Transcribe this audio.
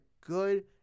good